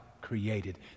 created